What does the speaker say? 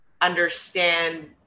understand